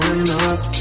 enough